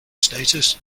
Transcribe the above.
status